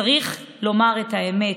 צריך לומר את האמת,